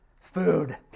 Food